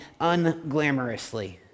unglamorously